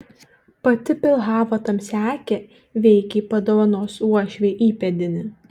pati pihlava tamsiaakė veikiai padovanos uošvijai įpėdinį